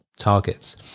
targets